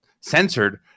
censored